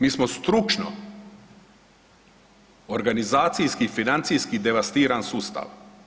Mi smo stručno, organizacijski, financijski devastiran sustav.